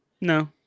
No